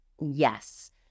Yes